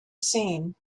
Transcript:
seen